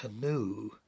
canoe